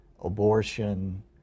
abortion